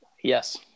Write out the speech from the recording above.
Yes